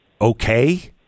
Okay